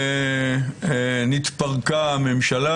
והתפרקה הממשלה.